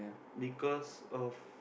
because of